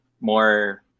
more